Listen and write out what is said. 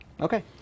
Okay